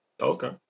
Okay